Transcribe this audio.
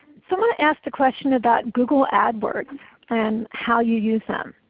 someone asked a question about google adwords and how you use them.